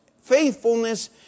faithfulness